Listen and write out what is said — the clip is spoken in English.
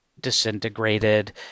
disintegrated